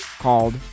called